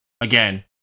again